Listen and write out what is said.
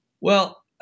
Well-